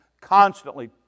constantly